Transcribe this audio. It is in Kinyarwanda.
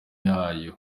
yayo